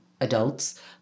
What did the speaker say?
adults